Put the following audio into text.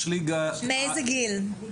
מאיזה גיל?